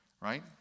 right